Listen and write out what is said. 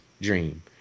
dream